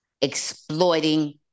exploiting